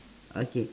okay